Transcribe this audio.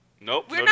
Nope